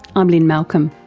i'm lynne malcolm.